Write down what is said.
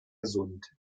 gesund